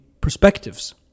perspectives